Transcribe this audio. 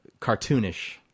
cartoonish